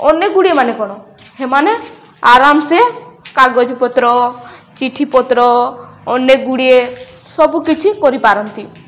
ଅନେକ ଗୁଡ଼ିଏ ମାନେ କ'ଣ ସେମାନେ ଆରାମ ସେ କାଗଜପତ୍ର ଚିଠିପତ୍ର ଅନେକ ଗୁଡ଼ିଏ ସବୁ କିିଛି କରିପାରନ୍ତି